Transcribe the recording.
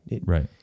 right